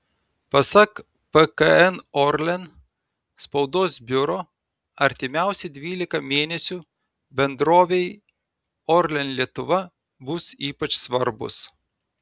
pasak pkn orlen spaudos biuro artimiausi dvylika mėnesių bendrovei orlen lietuva bus ypač svarbūs